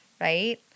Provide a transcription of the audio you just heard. right